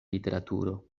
literaturo